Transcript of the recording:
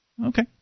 Okay